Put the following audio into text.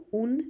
un